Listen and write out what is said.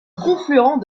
confluent